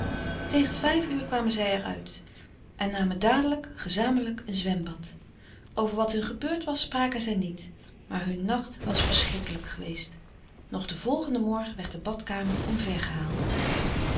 tegen vijf uur kwamen zij er uit en namen dadelijk gezamenlijk een zwembad over wat hun gebeurd was spraken zij niet maar hun nacht was verschrikkelijk geweest nog den volgenden morgen werd de badkamer omvergehaald